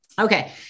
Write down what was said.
Okay